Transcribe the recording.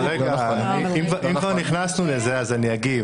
אבל אם כבר נכנסנו לזה אני אגיב,